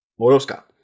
Moroska